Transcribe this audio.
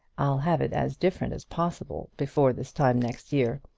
i'll have it as different as possible before this time next year.